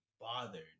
bothered